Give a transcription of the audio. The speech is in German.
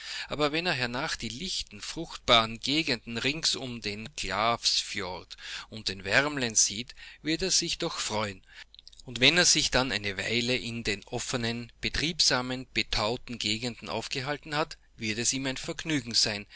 aber wenn er hernach die lichten fruchtbaren gegenden rings umdenglafsfjordunddenvärmlensieht wirdersichdochfreuen undwenn er sich dann eine weile in den offenen betriebsamen betauten gegenden aufgehalten hat wird es ihm ein vergnügen sein